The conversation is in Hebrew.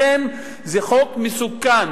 לכן זה חוק מסוכן.